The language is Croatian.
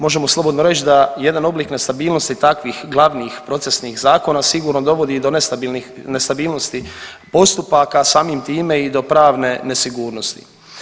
Možemo slobodno reći da jedan oblik nestabilnosti takvih glavnih procesnih zakona sigurno dovodi i do nestabilnosti postupaka samim time i do pravne nesigurnosti.